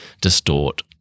distort